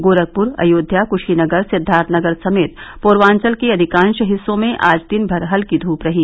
गोरखपुर अयोध्या क्शीनगर सिद्वार्थनगर समेत पूर्वाचल के अधिकांश हिस्सों में आज दिन भर हल्की धूप रही